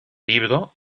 libro